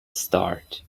start